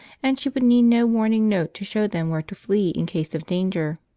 and she would need no warning note to show them where to flee in case of danger.